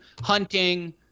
hunting